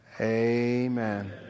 Amen